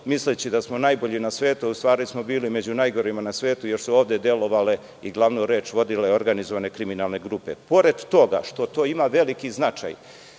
misleći da smo najbolji na svetu, a u stvari smo bili među najgorima na svetu, još su ovde delovanje i glavnu reč vodile organizovane kriminalne grupe. Pored toga što to ima veliki značaj